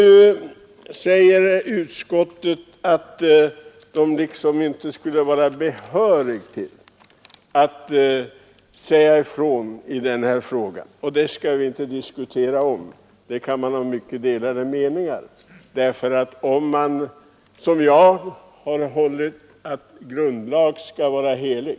Utskottet säger sig inte vara behörigt att säga ifrån i denna fråga. Det skall vi inte diskutera; på den punkten kan man ha delade meningar. Jag menar att grundlag skall vara helig.